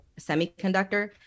semiconductor